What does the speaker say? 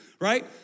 right